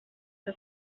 que